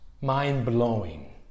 mind-blowing